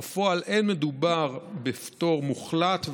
בפועל אין מדובר בפטור מוחלט,